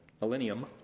millennium